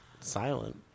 silent